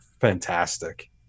fantastic